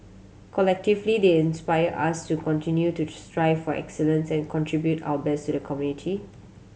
collectively they inspire us to continue to strive for excellence and contribute our best to the community